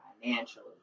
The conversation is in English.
financially